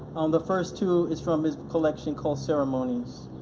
um, the first two is from his collection called ceremonies.